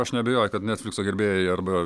aš neabejoju kad netflikso gerbėjai arba